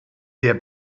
der